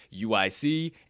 UIC